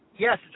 yes